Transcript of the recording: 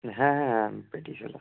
হ্যাঁ হ্যাঁ